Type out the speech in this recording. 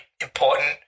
important